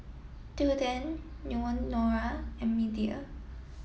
Tilden Leonora and Media